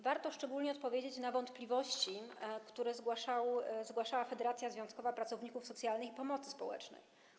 Warto szczególnie odpowiedzieć na wątpliwości, które zgłaszała Polska Federacja Związkowa Pracowników Socjalnych i Pomocy Społecznej.